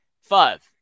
Five